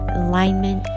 alignment